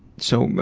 so,